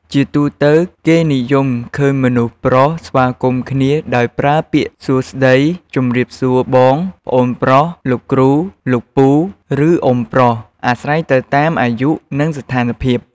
ជាទូទៅ គេនិយមឃើញមនុស្សប្រុសស្វាគមន៍គ្នា ដោយការប្រើពាក្យសួស្តី ជម្រាបសួរ បង ប្អូនប្រុស លោកគ្រូ លោកពូ ឬ អ៊ុំប្រុស អាស្រ័យទៅតាមអាយុ និងស្ថានភាព។